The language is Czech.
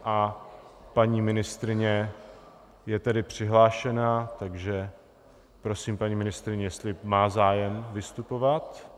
A paní ministryně je tedy přihlášená, takže prosím, paní ministryně, jestli má zájem vystupovat.